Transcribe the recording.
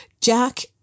Jack